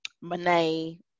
Monet